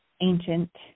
ancient